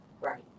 Right